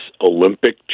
Olympic